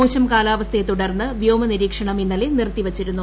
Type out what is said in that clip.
മോശം കാലാവസ്ഥയെ തുടർന്ന് വ്യോമ നിരീക്ഷണം ഇന്നലെ നിർത്തിവച്ചിരുന്നു